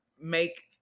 make